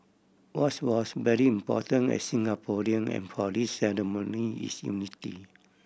what's was very important as Singaporean and for this ceremony is unity